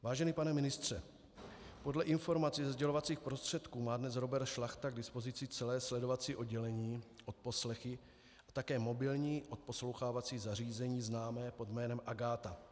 Vážený pane ministře, podle informací ze sdělovacích prostředků má dnes Robert Šlachta k dispozici celé sledovací oddělení, odposlechy a také mobilní odposlouchávací zařízení známé pod jménem Agáta.